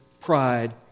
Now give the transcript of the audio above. pride